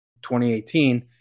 2018